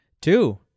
two